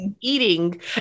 eating